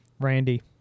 Randy